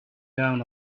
down